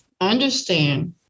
understand